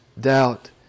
doubt